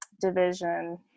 division